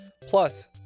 plus